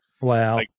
Wow